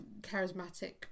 charismatic